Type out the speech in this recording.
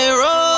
roll